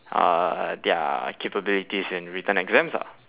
uh their capabilities in written exams lah